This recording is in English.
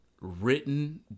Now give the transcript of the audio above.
written